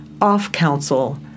off-council